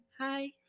Hi